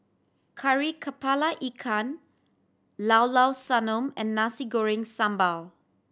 Kari Kepala Ikan Llao Llao Sanum and Nasi Goreng Sambal